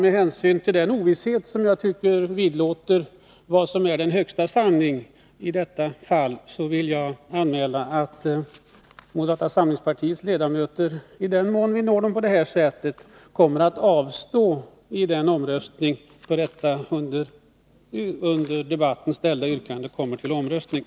Med hänsyn till den ovisshet som jag tycker föreligger om vad som är högsta sanning i detta fall vill jag anmäla att moderata samlingspartiets ledamöter, i den mån vi når dem på det här sättet, kommer att avstå i den omröstning där detta under debatten fällda yrkande kommer upp till avgörande.